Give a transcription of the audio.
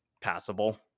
passable